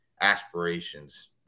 aspirations